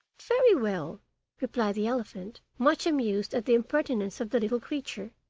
very well replied the elephant, much amused at the impertinence of the little creature